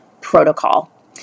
protocol